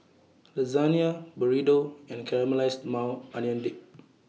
Lasagne Burrito and Caramelized Maui Onion Dip